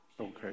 Okay